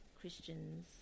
Christians